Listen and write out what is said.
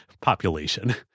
population